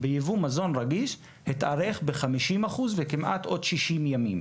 ביבוא מזון רגיש התארך ב-50% בכמעט עוד 60 ימים.